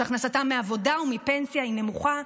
שהכנסתם מעבודה או מפנסיה היא נמוכה.